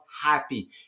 happy